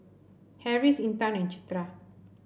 Harris Intan and Citra